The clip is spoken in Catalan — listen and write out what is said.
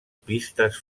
pistes